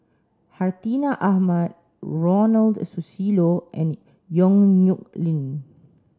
Hartinah Ahmad Ronald Susilo and Yong Nyuk Lin